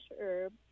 herb